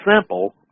simple